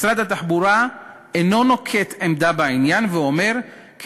משרד התחבורה אינו נוקט עמדה בעניין ואומר כי